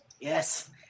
Yes